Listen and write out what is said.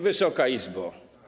Wysoka Izbo!